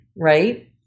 Right